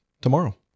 tomorrow